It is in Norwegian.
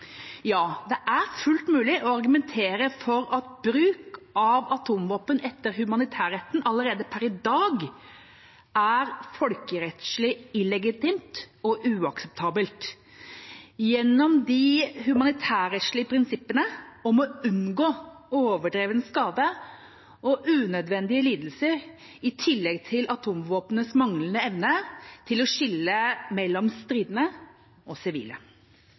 Ja, det er fullt mulig å argumentere for at bruk av atomvåpen etter humanitærretten allerede per i dag er folkerettslig illegitimt og uakseptabelt – gjennom de humanitærrettslige prinsippene om å unngå overdreven skade og unødvendige lidelser, i tillegg til atomvåpnenes manglende evne til å skille mellom stridende og sivile.